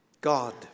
God